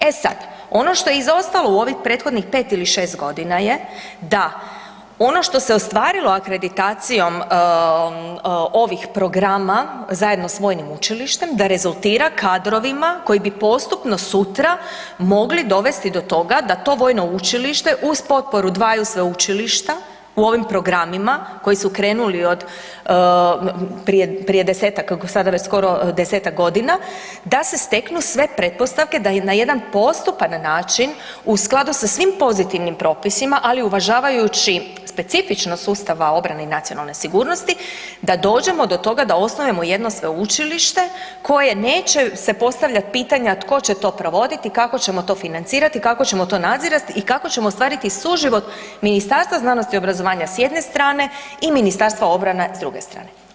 E sad, ono što je izostalo u ovih prethodnih 5 ili 6.g. je da ono što se ostvarilo akreditacijom ovih programa zajedno s vojnim učilištem da rezultira kadrovima koji bi postupno sutra mogli dovesti do toga da to vojno učilište uz potporu dvaju sveučilišta u ovim programima koji su krenuli od, prije, prije 10-tak, sada već skoro 10-tak godina, da se steknu sve pretpostavke da na jedan postupan način u skladu sa svim pozitivnim propisima, ali uvažavajući specifičnost sustava obrane i nacionalne sigurnosti da dođemo do toga da osnujemo jedno sveučilište koje neće se postavljat pitanja tko će to provoditi i kako ćemo to financirati i kako ćemo to nadzirati i kako ćemo ostvariti suživot Ministarstva znanosti i obrazovanja s jedne strane i Ministarstva obrane s druge strane.